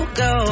go